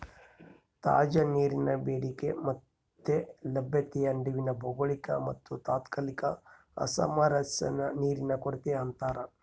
ತಾಜಾ ನೀರಿನ ಬೇಡಿಕೆ ಮತ್ತೆ ಲಭ್ಯತೆಯ ನಡುವಿನ ಭೌಗೋಳಿಕ ಮತ್ತುತಾತ್ಕಾಲಿಕ ಅಸಾಮರಸ್ಯನೇ ನೀರಿನ ಕೊರತೆ ಅಂತಾರ